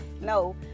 No